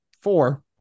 four